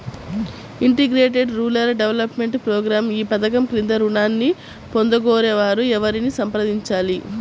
Integrated rural development programme ఈ పధకం క్రింద ఋణాన్ని పొందగోరే వారు ఎవరిని సంప్రదించాలి?